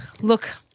look